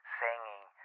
singing